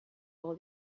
all